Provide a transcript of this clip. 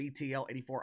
BTL84